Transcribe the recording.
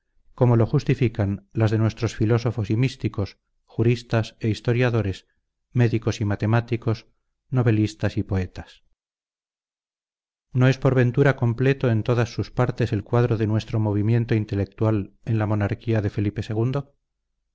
como lo justifican las de nuestros filósofos y místicos juristas e historiadores médicos y matemáticos novelistas y poetas no es por ventura completo en todas sus partes el cuadro de nuestro movimiento intelectual en la monarquía de felipe